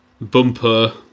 bumper